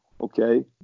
okay